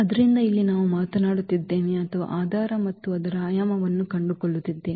ಆದ್ದರಿಂದ ಇಲ್ಲಿ ನಾವು ಮಾತನಾಡುತ್ತಿದ್ದೇವೆ ಅಥವಾ ಆಧಾರ ಮತ್ತು ಅದರ ಆಯಾಮವನ್ನು ಕಂಡುಕೊಳ್ಳುತ್ತಿದ್ದೇವೆ